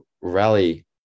Rally